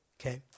Okay